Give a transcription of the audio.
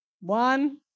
one